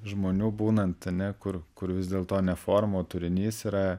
žmonių būnant ane kur kur vis dėlto ne forma o turinys yra